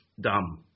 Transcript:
dumb